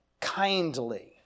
kindly